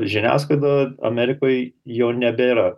žiniasklaida amerikoj jau nebėra